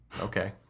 Okay